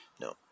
no